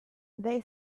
they